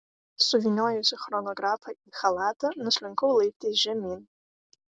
suvyniojusi chronografą į chalatą nuslinkau laiptais žemyn